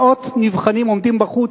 מאות נבחנים עומדים בחוץ,